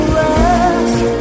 rest